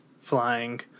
flying